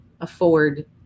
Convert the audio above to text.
afford